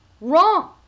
wrong